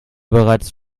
bereits